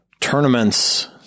tournaments